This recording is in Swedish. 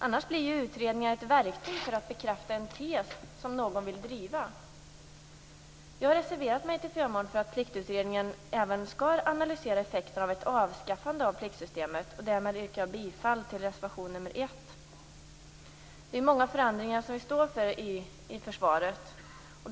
Annars blir utredningar ett verktyg för att bekräfta en tes som någon vill driva. Jag har reserverat mig till förmån för att Pliktutredningen även skall analysera effekterna av ett avskaffande av pliktsystemet. Därmed yrkar jag bifall till reservation nr 1. Försvaret står inför många förändringar.